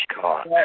car